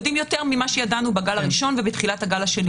יודעים יותר ממה שידענו בגל הראשון ובתחילת הגל השני.